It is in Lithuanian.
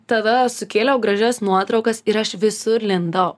tada sukėliau gražias nuotraukas ir aš visur lindau